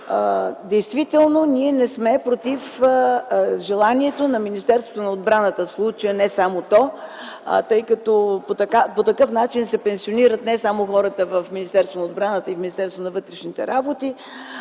действително ние не сме против желанието на Министерството на отбраната, в случая, и не само то, тъй като по такъв начин се пенсионират не само хората в Министерството на отбраната и Министерството на вътрешните работи,